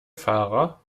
fahrer